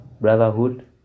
Brotherhood